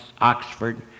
Oxford